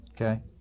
Okay